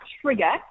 trigger